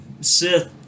Sith